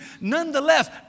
Nonetheless